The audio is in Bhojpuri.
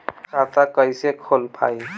खाता कईसे खोलबाइ?